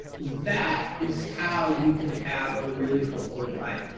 that is how you can have a really fulfilling life.